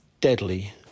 deadly